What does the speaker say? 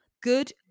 Good